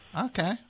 Okay